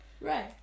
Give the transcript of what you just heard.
right